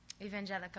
Evangelica